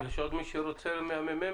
מישהו עוד רוצה מהממ"מ?